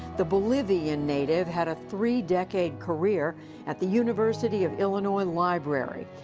the bolivian native had a three-decade career at the university of illinois library,